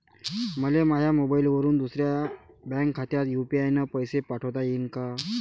मले माह्या मोबाईलवरून दुसऱ्या बँक खात्यात यू.पी.आय न पैसे पाठोता येईन काय?